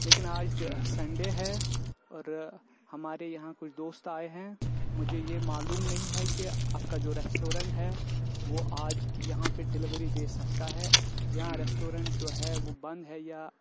لیکن آج سنڈے ہے اور ہمارے یہاں کچھ دوست آئے ہیں مجھے یہ معلوم نہیں ہے کہ آپ کا جو ریسٹورنٹ ہے وہ آج یہاں پہ ڈیلیوری دے سکتا ہے یا ریسٹورینٹ جو ہے وہ بند ہے یا